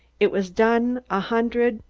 it was done a hundred,